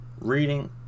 reading